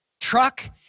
truck